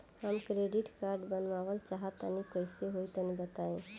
हम credit card बनवावल चाह तनि कइसे होई तनि बताई?